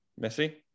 Messi